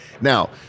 Now